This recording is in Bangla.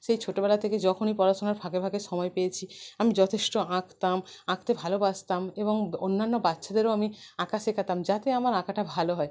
সেই ছোটবেলা থেকে যখনই পড়াশোনার ফাঁকে ফাঁকে সময় পেয়েছি আমি যথেষ্ট আঁকতাম আঁকতে ভালোবাসতাম এবং অন্যান্য বাচ্চাদেরও আমি আঁকা শেখাতাম যাতে আমার আঁকাটা ভালো হয়